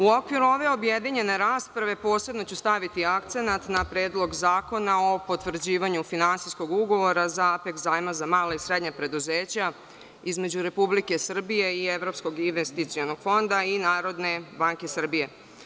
U okviru ove objedinjene rasprave posebno ću staviti akcenat na Predlog zakona o potvrđivanju Finansijskog ugovora za apeks zajma za mala i srednja preduzeća između Republike Srbije i Evropskog investicionog fonda i Narodne banke Srbije.